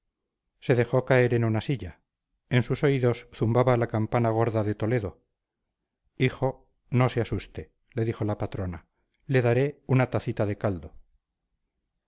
se dejó caer en una silla en sus oídos zumbaba la campana gorda de toledo hijo no se asuste le dijo la patrona le daré una tacita de caldo